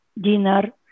dinner